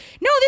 no